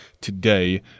today